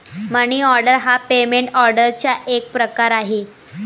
मनी order हा पेमेंट ऑर्डरचा एक प्रकार आहे